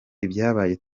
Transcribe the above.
ibyabaye